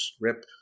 Rip